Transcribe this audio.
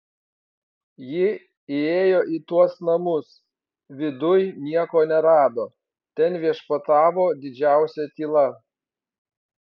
ji įėjo į tuos namus viduj nieko nerado ten viešpatavo didžiausia tyla